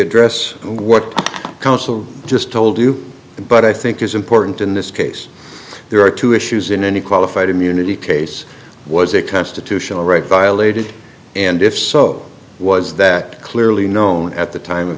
address what counsel just told you but i think it's important in this case there are two issues in any qualified immunity case was a constitutional right violated and if so was that clearly known at the time of